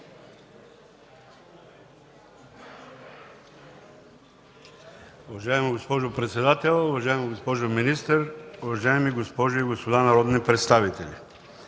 Уважаема госпожо председател, уважаема госпожо министър, уважаеми госпожи и господа народни представители!